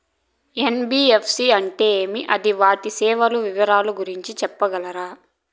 NBFC అంటే అది వాటి సేవలు వివరాలు గురించి సెప్పగలరా?